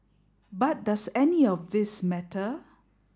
but does any of this matter